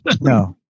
No